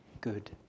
good